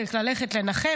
ובצדק ללכת לנחם.